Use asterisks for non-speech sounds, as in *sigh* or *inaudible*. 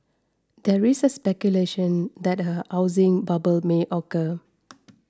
the *unintelligible* speculation that a housing bubble may occur *noise*